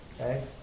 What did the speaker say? Okay